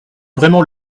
vraiment